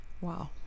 Wow